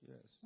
Yes